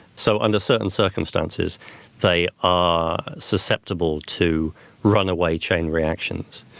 so under certain circumstances they are susceptible to run away chain reactions,